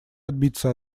отбиться